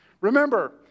Remember